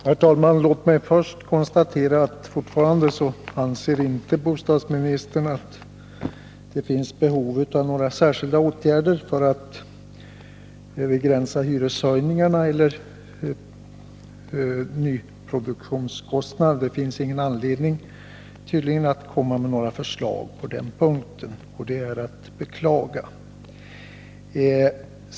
Herr talman! Låt mig först konstatera att bostadsministern fortfarande anser att det inte finns behov av några särskilda åtgärder för att begränsa hyreshöjningarna eller nyproduktionskostnaderna. Hon finner ingen anledning, tydligen, att komma med några förslag på den punkten. Det är att beklaga.